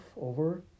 over